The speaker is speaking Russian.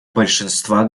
большинства